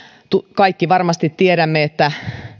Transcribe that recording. kaikki varmasti tiedämme että